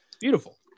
beautiful